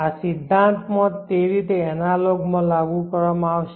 આ સિદ્ધાંતમાં તે રીતે એનાલોગ માં લાગુ કરવામાં આવશે